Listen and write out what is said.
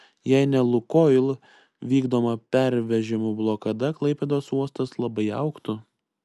jei ne lukoil vykdoma pervežimų blokada klaipėdos uostas labai augtų